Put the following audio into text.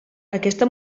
aquesta